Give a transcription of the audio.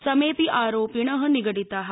समेऽपि आरोपिण निगडिता